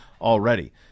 already